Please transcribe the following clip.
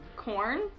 Corn